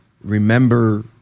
remember